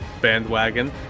bandwagon